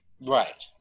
Right